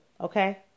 okay